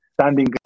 standing